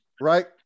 right